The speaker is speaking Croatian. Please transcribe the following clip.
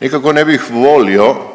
Nikako ne bih volio